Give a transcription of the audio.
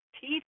teeth